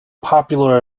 popular